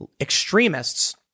extremists